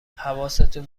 حواستون